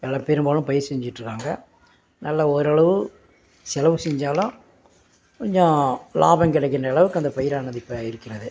நல்லா பெரும்பாலும் பயிர் செஞ்சிட்டுருக்காங்க நல்லா ஓரளவு செலவு செஞ்சாலும் கொஞ்சம் லாபம் கிடைக்கின்ற அளவுக்கு அந்த பயிரானது இப்போ இருக்கிறது